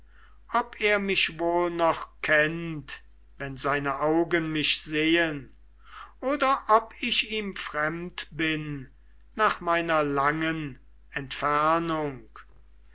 ob er mich wohl noch kennt wenn seine augen mich sehen oder ob ich ihm fremd bin nach meiner langen entfernung